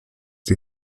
die